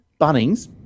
Bunnings